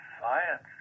science